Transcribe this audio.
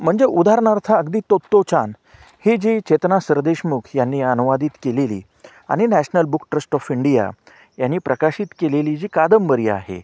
म्हणजे उदाहरनार्थ अगदी तोत्तो चान ही जी चेतना सरदेशमुख यांनी अनुवादित केलेली आनि national book trust of India यांनी प्रकाशित केलेली जी कादंबरी आहे